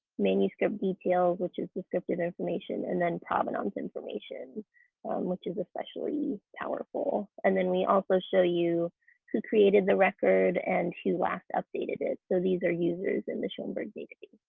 manuscript details which is descriptive information, and then provenance information which is especially powerful. and we also show you who created the record and who last updated it. so these are users in the schoenberg database.